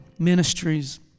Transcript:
Ministries